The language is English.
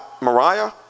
Mariah